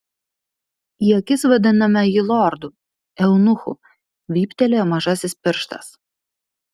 į akis vadiname jį lordu eunuchu vyptelėjo mažasis pirštas